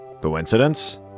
coincidence